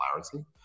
clarity